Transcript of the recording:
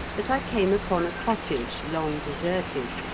that i came upon a cottage long deserted,